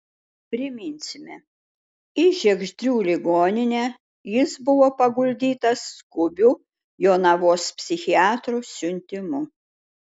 priminsime į žiegždrių ligoninę jis buvo paguldytas skubiu jonavos psichiatrų siuntimu